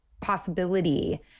possibility